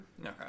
Okay